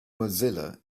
mozilla